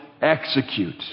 execute